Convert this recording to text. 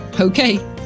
Okay